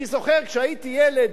אני זוכר כשהייתי ילד,